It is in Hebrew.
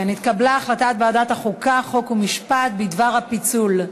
התקבלה החלטת ועדת החוקה, חוק ומשפט בדבר הפיצול.